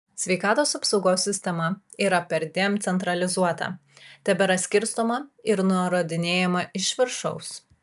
sveikatos apsaugos sistema yra perdėm centralizuota tebėra skirstoma ir nurodinėjama iš viršaus